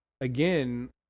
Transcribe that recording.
again